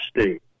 state